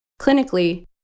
Clinically